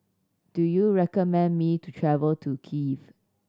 do you recommend me to travel to Kiev